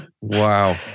wow